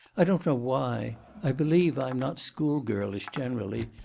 i don't know why i believe i'm not schoolgirlish generally,